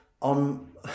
on